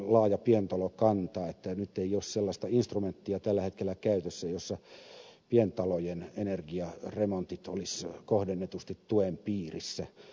nyt ei ole sellaista instrumenttia tällä hetkellä käytössä jossa pientalojen energiaremontit olisivat kohdennetusti tuen piirissä